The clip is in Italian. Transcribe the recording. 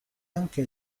anche